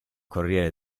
corriere